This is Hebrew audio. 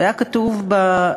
והיה כתוב בה,